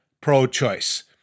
pro-choice